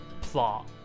plot